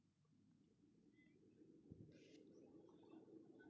mm